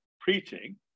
preaching